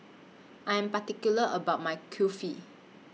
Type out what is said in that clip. I Am particular about My Kulfi